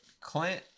Clint